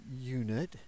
unit